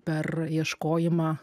per ieškojimą